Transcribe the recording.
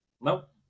Nope